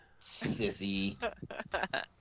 Sissy